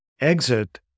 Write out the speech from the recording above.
exit